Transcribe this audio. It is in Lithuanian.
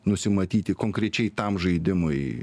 nusimatyti konkrečiai tam žaidimui